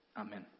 Amen